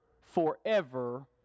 forever